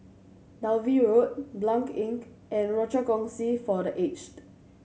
Dalvey Road Blanc Inn and Rochor Kongsi for The Aged